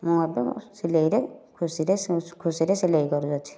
ମୁଁ ଏବେ ସିଲେଇରେ ଖୁସିରେ ଖୁସିରେ ସିଲେଇ କରୁଅଛି